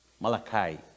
Malachi